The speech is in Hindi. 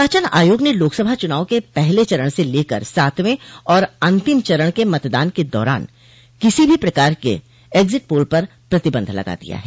निर्वाचन आयोग ने लोकसभा चुनाव के पहले चरण से लेकर सातवें और अन्तिम चरण के मतदान के दौरान किसीभी प्रकार के एग्जिट पोल पर प्रतिबंध लगा दिया है